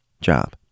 job